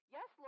Yes